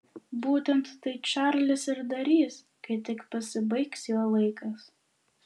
būtent tai čarlis ir darys kai tik pasibaigs jo laikas